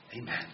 Amen